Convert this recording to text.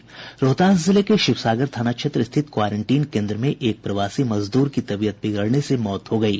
रोहतास जिले के शिवसागर थाना क्षेत्र स्थित क्वारेंटीन केन्द्र में एक प्रवासी मजदूर की तबीयत बिगड़ने से मौत हो गयी